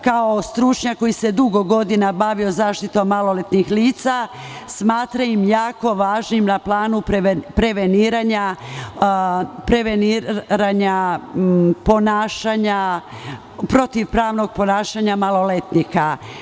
Kao stručnjak koji se dugo godina bavio zaštitom maloletnih lica, smatram ih jako važnim na planu preveniranja protivpravnog ponašanja maloletnika.